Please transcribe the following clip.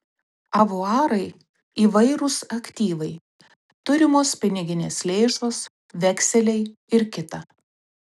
avuarai įvairūs aktyvai turimos piniginės lėšos vekseliai ir kita